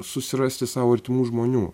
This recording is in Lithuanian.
susirasti sau artimų žmonių